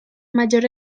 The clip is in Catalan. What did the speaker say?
major